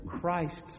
Christ's